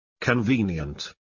convenient